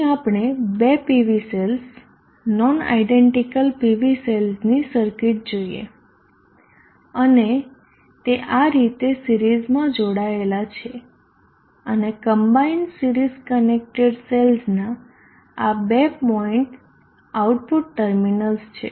અહીં આપણે બે PV cells non identical PV સેલ્સની સર્કિટ જોઈએ અને તે આ રીતે સિરીઝમાં જોડાયેલા છે અને કમ્બાઈન્ડ સિરિઝ કનેક્ટેડ સેલ્સનાં આ બે પોઈન્ટ આઉટપુટ ટર્મિનલ્સ છે